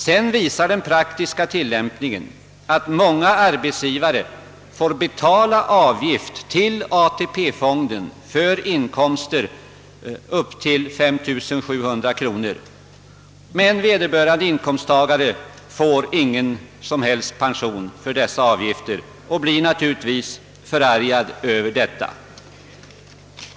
Sedan visar den praktiska tillämpningen att många arbetsgivare får betala avgift till ATP-fonden för inkomster upp till 5 700 kronor, men vederbörande inkomsttagare får ingen som helst pension för dessa avgifter och blir naturligtvis förargade över detta.